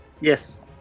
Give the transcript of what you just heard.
Yes